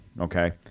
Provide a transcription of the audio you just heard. Okay